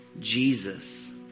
Jesus